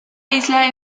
isla